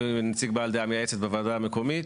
נציג בעל דעה מייעצת בוועדה המקומית.